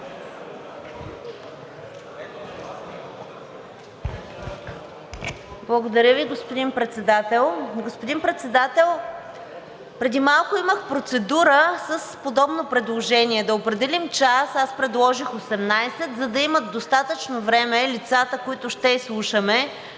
Благодаря Ви, господин Председател. Господин Председател, преди малко имах процедура с подобно предложение – да определим час. Аз предложих 18,00 ч., за да имат достатъчно време лицата, които ще изслушаме,